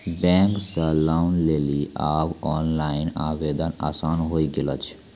bank से loan लेली आब ओनलाइन आवेदन आसान होय गेलो छै